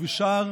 ובשאר